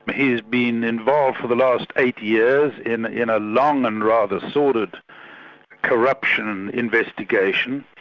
he has been involved for the last eight years in in a long and rather sordid corruption investigation.